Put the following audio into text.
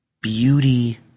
Beauty